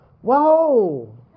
Whoa